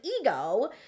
ego